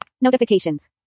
Notifications